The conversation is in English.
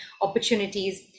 opportunities